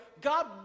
God